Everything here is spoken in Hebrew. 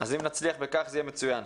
אז אם נצליח בכך יהיה מצוין.